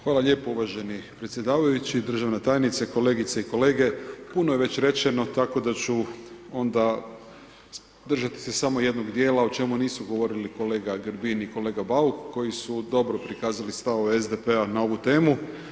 Hvala lijepo uvaženi predsjedavajući, državna tajnice, kolegice i kolege puno je već rečeno tako da ću onda držati se samo jednog dijela o čemu nisu govorili kolega Grbin i kolega Bauk koji su dobro prikazali stavove SDP-a na ovu temu.